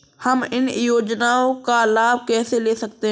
हम इन योजनाओं का लाभ कैसे ले सकते हैं?